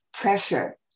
pressure